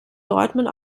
dortmund